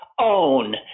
own